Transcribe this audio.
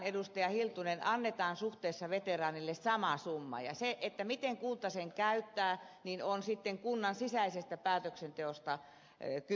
hiltunen annetaan suhteessa veteraaneille sama summa ja siinä miten kunta sen käyttää on sitten kunnan sisäisestä päätöksenteosta kysymys